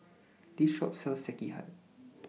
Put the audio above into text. This Shop sells Sekihan